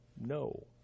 No